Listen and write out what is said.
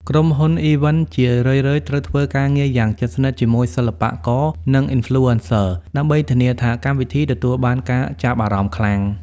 ក្រុមហ៊ុន Event ជារឿយៗត្រូវធ្វើការងារយ៉ាងជិតស្និទ្ធជាមួយសិល្បករ និង Influencers ដើម្បីធានាថាកម្មវិធីទទួលបានការចាប់អារម្មណ៍ខ្លាំង។